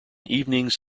evenings